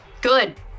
Good